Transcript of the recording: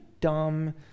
dumb